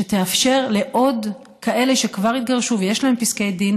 שתאפשר לעוד כאלה שכבר התגרשו ויש להם פסקי דין